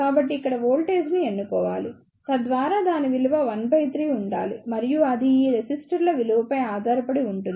కాబట్టి ఇక్కడ వోల్టేజ్ను ఎన్నుకోవాలి తద్వారా దాని విలువ 13 ఉండాలి మరియు అది ఈ రెసిస్టర్ల విలువపై ఆధారపడి ఉంటుంది